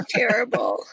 terrible